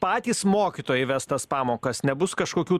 patys mokytojai ves tas pamokas nebus kažkokių